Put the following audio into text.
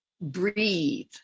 breathe